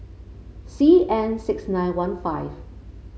C N six nine one five